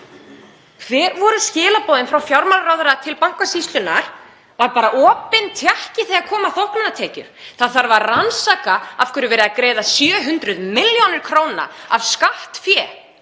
Hver voru skilaboðin frá fjármálaráðherra til Bankasýslunnar? Var bara opinn tékki þegar kom að þóknanatekjum? Það þarf að rannsaka af hverju verið var að greiða 700 millj. kr. af skattfé